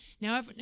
now